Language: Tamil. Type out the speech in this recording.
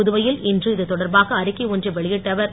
புதுவையில் இன்று இதுதொடர்பாக அறிக்கை ஒன்றை வெளியிட்ட அவர்